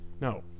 No